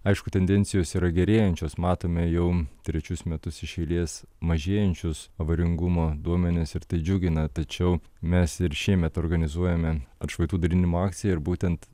aišku tendencijos yra gerėjančios matome jau trečius metus iš eilės mažėjančius avaringumo duomenis ir tai džiugina tačiau mes ir šiemet organizuojame atšvaitų dalinimo akciją ir būtent